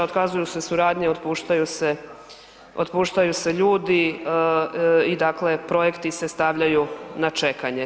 Otkazuju se suradnje i otpuštaju se ljudi i dakle projekti se stavljaju na čekanje.